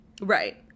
Right